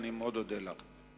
אני מאוד אודה לך.